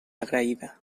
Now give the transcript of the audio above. agraïda